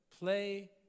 play